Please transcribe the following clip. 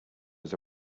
was